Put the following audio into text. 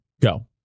go